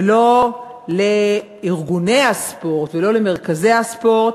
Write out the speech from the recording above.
ולא לארגוני הספורט ולא למרכזי הספורט,